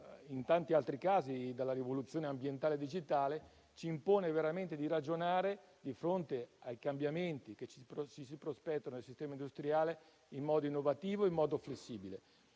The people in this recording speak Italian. in tanti altri casi, dalla rivoluzione ambientale digitale, ci impone veramente di ragionare di fronte ai cambiamenti che si prospettano al sistema industriale in modo innovativo e flessibile.